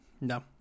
No